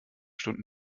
stunden